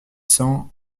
cents